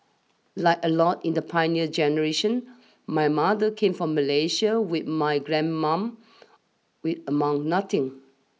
like a lot in the pioneer generation my mother came from Malaysia with my grandmum with among nothing